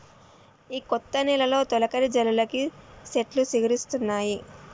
ఈ కొత్త నెలలో తొలకరి జల్లులకి సెట్లు సిగురిస్తాయి